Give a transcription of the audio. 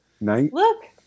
Look